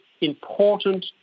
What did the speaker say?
important